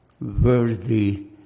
worthy